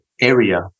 area